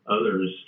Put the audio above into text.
others